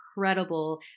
incredible